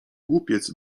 głupiec